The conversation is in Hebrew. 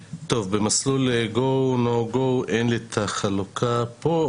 במסלול go no go אין לי את החלוקה פה.